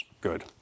Good